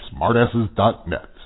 smartasses.net